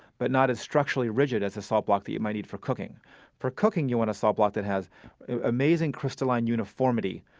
but not as structurally rigid as a salt block that you might need for cooking for cooking, you want a salt block that has amazing crystalline uniformity.